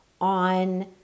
on